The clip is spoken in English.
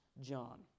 John